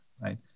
right